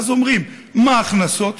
ואז אומרים: מה ההכנסות,